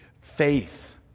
Faith